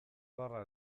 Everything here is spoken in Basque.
barra